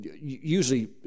usually